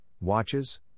watches